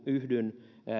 yhdyn